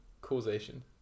causation